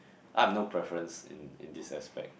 I've no preference in in this aspect